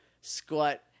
Squat